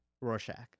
rorschach